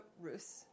Rus